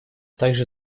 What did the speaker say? также